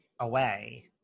away